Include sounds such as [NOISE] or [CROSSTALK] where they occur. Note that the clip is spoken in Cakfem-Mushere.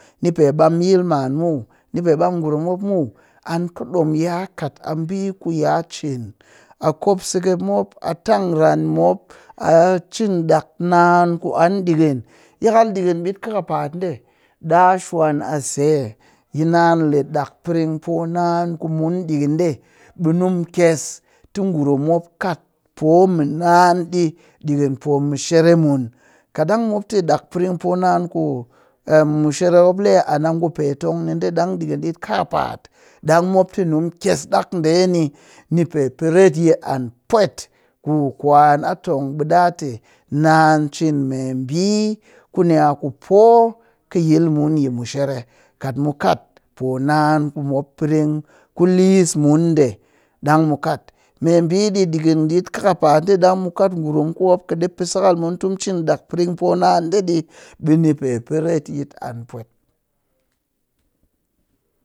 Ni pe ɓam yil muw ni pe ɓam ngurum muw an kɨɗom ya kat ɓi ku ya cin a kop seggep mop, a tang ran mop, a cin ɗak naan ku an ɗikɨn. Yakal ɗikɨn ɓit kakapa'at ɗe ɗaa shwan a se yi naan le ɗak pring poonaan ku mun ɗikɨn ɗe yi mu kyes tɨ ngurum mop kat poo mu naan ɗi ɗikɨn po mushere mun kaɗang mop tɨ ɗikɨn ɗak pring poonaan ku [HESITATION] mushere mop le an ngu petong niɗe ɗang ɗikɨn ɓit kakpa'at ɗang mop tɨ nimu kyes ɗak ɗeni ni pe pee retyit an pwet ku kwan kɨ ɗa tong a tɨ kɨ yil mun mushere naan cin me ɓi kuni a ku poo, kat mu kat poonaan kumop pring ku liss mun ɗe ɗang mu kat. Meɓi ɗi ɗikɨn ɓit kakapa'at ɗe ɗang mu kat ngurum kumop kɨ ɗi pee sakal mun tɨ mu kat pe pring poonan ɗe ɗi ɓe ni pe pee retyit an pwet.